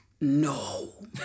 no